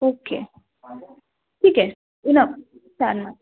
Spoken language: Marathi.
ओके ठीक आहे नं चालणार